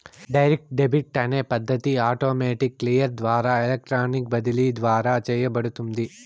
direct debit అనే పద్ధతి automated clear ద్వారా ఎలక్ట్రానిక్ బదిలీ ద్వారా చేయబడుతుంది